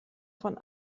von